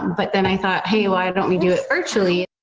but then i thought hey why don't we do it actually.